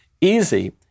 easy